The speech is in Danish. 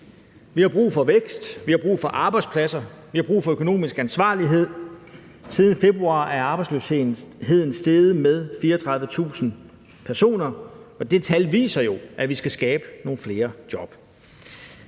Vi har brug for vækst, vi har brug for arbejdspladser, vi har brug for økonomisk ansvarlighed. Siden februar er arbejdsløsheden steget med 34.000 personer, og det tal viser jo, at vi skal skabe nogle flere job.